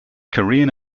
korean